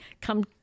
come